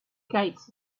gates